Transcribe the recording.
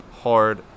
hard